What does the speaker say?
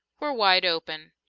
were wide open.